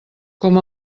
com